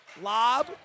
Lob